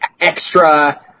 extra